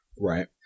right